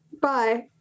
bye